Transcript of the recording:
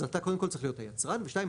אז אתה קודם כל צריך להיות היצרן ושתיים,